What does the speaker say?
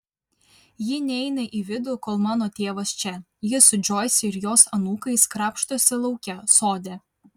ji neina į vidų kol mano tėvas čia ji su džoise ir jos anūkais krapštosi lauke sode